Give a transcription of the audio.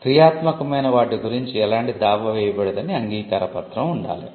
క్రియాత్మకమైన వాటి గురించి ఎలాంటి దావా వేయబడదు అని అంగీకార పత్రం ఉండాలి